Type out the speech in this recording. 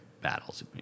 battles